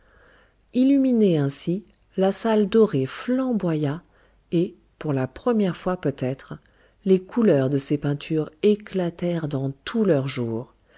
illuminée ainsi la salle dorée flamboya et pour la première fois peut-être les couleurs de ses peintures éclatèrent dans tout leur jour